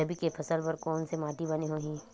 रबी के फसल बर कोन से माटी बने होही?